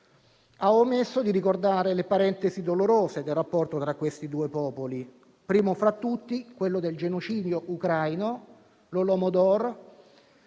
ha omesso di ricordare le parentesi dolorose del rapporto tra questi due popoli, prima fra tutti quello del genocidio ucraino, l'*holodomor*,